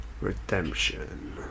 Redemption